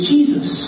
Jesus